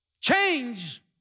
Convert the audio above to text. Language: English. Change